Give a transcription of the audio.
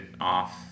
off